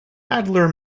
adler